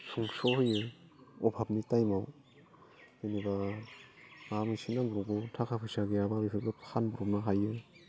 सुंस' होयो अभाबनि टाइमआव जेनेबा माबा मोनसे नांगौबाबो थाखा फैसा गैयाबाबो बेफोरखौ फानब्र'बनो हायो